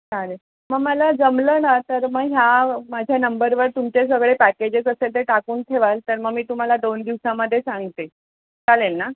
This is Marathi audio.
चालेल मग मला जमलं ना तर मग ह्या माझ्या नंबरवर तुमचे सगळे पॅकेजेस असेल ते टाकून ठेवाल तर मग मी तुम्हाला दोन दिवसामध्ये सांगते चालेल ना